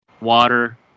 water